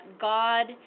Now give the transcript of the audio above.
God